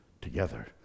together